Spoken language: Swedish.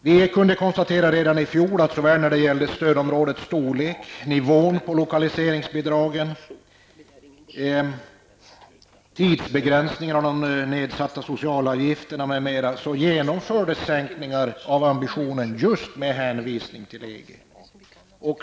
Vi kunde konstatera redan i fjol att såväl när det gällde stödområdets storlek, nivån på lokaliseringsbidragen, tidsbegränsningen av de nedsatta socialavgifterna m.m., så genomfördes dessa sänkningar av ambitionen just med hänvisning till EG.